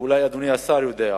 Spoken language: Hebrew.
ואולי אדוני השר יודע,